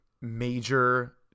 major